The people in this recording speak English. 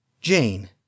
Jane